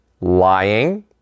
lying